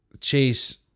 Chase